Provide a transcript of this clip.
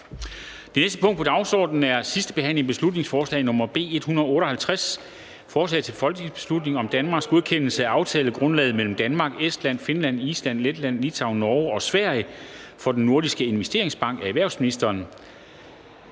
Det næste punkt på dagsordenen er: 5) 2. (sidste) behandling af beslutningsforslag nr. B 158: Forslag til folketingsbeslutning om Danmarks godkendelse af aftalegrundlaget mellem Danmark, Estland, Finland, Island, Letland, Litauen, Norge og Sverige for Den Nordiske Investeringsbank. Af erhvervsministeren